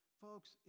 folks